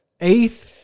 Eighth